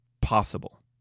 possible